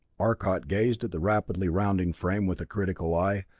arcot gazed at the rapidly rounding frame with a critical eye.